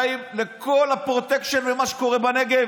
גם אחראים לכל הפרוטקשן ומה שקורה בנגב